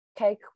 okay